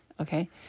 Okay